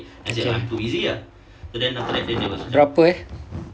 okay berapa eh